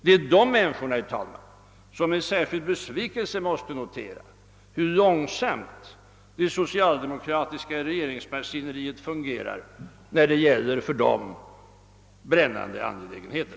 ; Det är dessa människor, herr talman, som med särskild besvikelse måste notera hur långsamt det socialdemokratiska regeringsmaskineriet fungerar när det gäller för dem brännande angelägenheter.